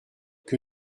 que